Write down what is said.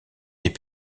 les